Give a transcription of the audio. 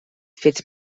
fets